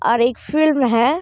और एक फ़िल्म है